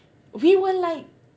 we were like